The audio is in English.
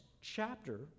chapter